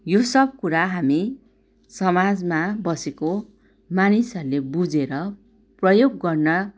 यो सब कुरा हामी समाजमा बसेको मानिसहरले बुझेर प्रयोग गर्न